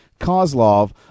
Kozlov